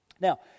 Now